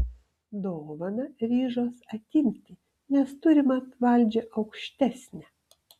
dovaną ryžos atimti nes turi mat valdžią aukštesnę